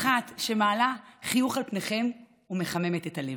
שמעלה חיוך על פניכם ומחממת את הלב.